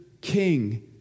king